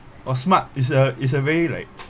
!wah! smart is a is a way like